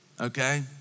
okay